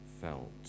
felt